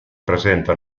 presenta